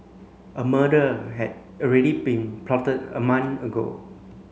a murder had already been plotted a month ago